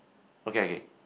okay okay